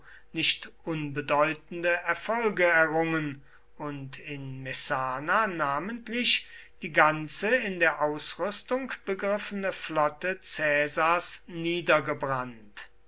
nicht unbedeutende erfolge errungen und in messana namentlich die ganze in der ausrüstung begriffene flotte caesars niedergebrannt